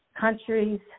countries